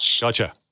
Gotcha